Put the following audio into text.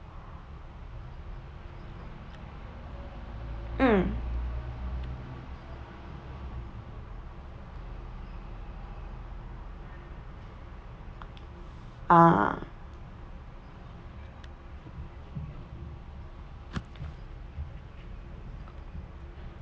mm ah